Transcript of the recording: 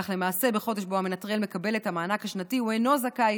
כך שלמעשה בחודש שבו המנטרל מקבל את המענק השנתי הוא אינו זכאי